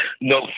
No